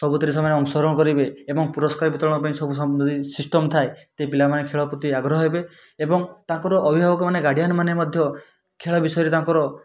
ସବୁଥିରେ ସେମାନେ ଅଂଶ ଗ୍ରହଣ କରିବେ ଏବଂ ପୁରଷ୍କାର ବିତରଣ ପାଇଁ ସବୁ ସିଷ୍ଟମ ଥାଏ ତେବେ ପିଲାମାନେ ଖେଳ ପ୍ରତି ଆଗ୍ରହ ହେବେ ଏବଂ ତାଙ୍କର ଅଭିଭାବକ ମାନେ ଗାର୍ଡ଼ିଆନ ମାନେ ମଧ୍ୟ ଖେଳ ବିଷୟରେ ତାଙ୍କର